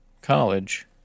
college